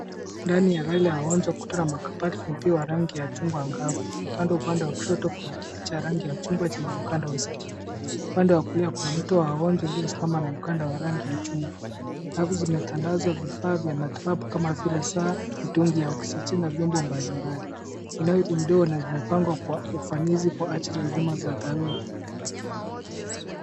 Ndani ya gari ya wagonjwa kuna makabati ya rangi ya chungwa angavu. Pale upande wa kushoto kuna kiti cha rangi ya chungwa chenye mkanda wa usalama. Upande wa kulia kuna mti wa wagonjwa ulio simama na mkanda wa rangi ya chungwa. Nazo zimetandazwa vifaa vya matibabu kama vile saa, mitungi ya oksijeni na vyombo mbalimbali. Inyolindwa na imepangwa kwa ufanisi kwa ajili ya huduma za dharura.